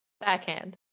Backhand